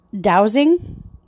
Dowsing